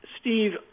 Steve